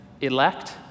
elect